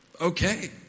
Okay